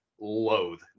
loathe